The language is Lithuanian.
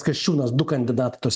kasčiūnas du kandidatai tos